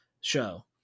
show